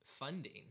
funding